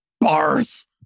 Bars